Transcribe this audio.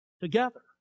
Together